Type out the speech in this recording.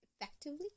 effectively